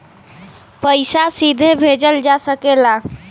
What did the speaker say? पइसा सीधे भेजल जा सकेला